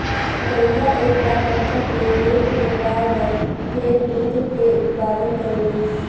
गईया एक बार बच्चा देवे क बाद बहुत ढेर दूध के उत्पदान करेलीन